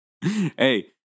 Hey